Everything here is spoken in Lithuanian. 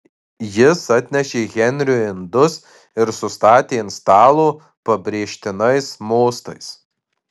jis atnešė henriui indus ir sustatė ant stalo pabrėžtinais mostais